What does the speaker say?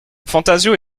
fantasio